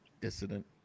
dissident